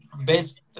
best